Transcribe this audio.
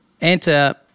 enter